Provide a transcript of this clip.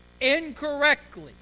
incorrectly